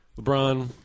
LeBron